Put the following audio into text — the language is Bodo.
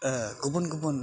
गुबुन गुबुन